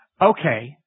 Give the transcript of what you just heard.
Okay